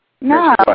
No